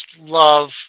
love